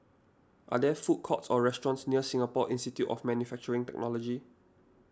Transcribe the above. are there food courts or restaurants near Singapore Institute of Manufacturing Technology